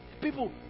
people